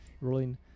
Rolling